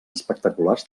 espectaculars